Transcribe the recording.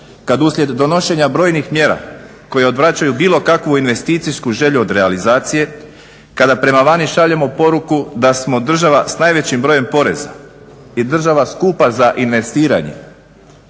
kada uslijed donošenja brojnih mjera koje odvraćaju bilo kakvu investicijsku želju od realizacije, kada prema vani šaljemo poruku da smo država s najvećim brojem poreza i država skupa za investiranje,